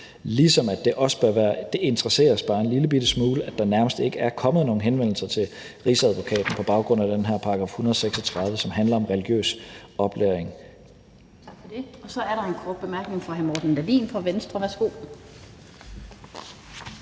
Ligesom det også bør interessere os bare en lillebitte smule, at der nærmest ikke er kommet nogen henvendelser til Rigsadvokaten på baggrund af den her § 136, som handler om religiøs oplæring.